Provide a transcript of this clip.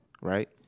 right